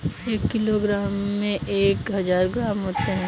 एक किलोग्राम में एक हजार ग्राम होते हैं